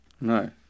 No